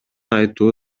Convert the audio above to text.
айтуу